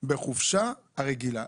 בחופשה הרגילה.